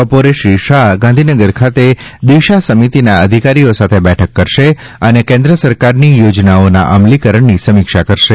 બપોરે શ્રી શાહ ગાંધીનગર ખાતે દિશા સમિતિના અધિકારીઓ સાથે બેઠક કરશે અને કેન્દ્ર સરકારની યોજનાઓના અમલીકરણની સમીક્ષા કરશે